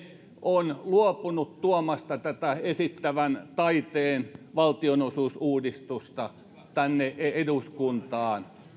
on luopunut tuomasta tätä esittävän taiteen valtionosuusuudistusta tänne eduskuntaan